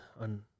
on